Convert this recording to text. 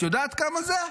את יודעת כמה מה זה?